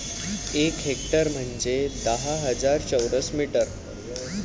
एक हेक्टर म्हंजे दहा हजार चौरस मीटर